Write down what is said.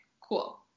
Cool